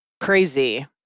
Crazy